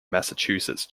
massachusetts